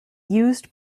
used